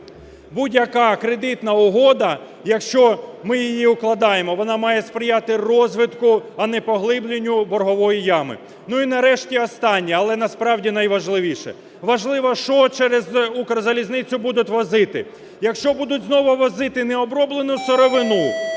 Будь-яка кредитна угода, якщо ми її укладаємо, вона має сприяти розвитку, а не поглибленню боргової ями. Ну, і нарешті останнє, але насправді найважливіше. Важливо, що через "Укрзалізницю" будуть возити. Якщо будуть знову возити необроблену сировину,